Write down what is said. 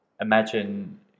Imagine